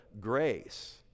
grace